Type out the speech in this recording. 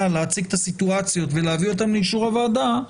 להציג את הסיטואציות ולהביא אותן לאישור הוועדה,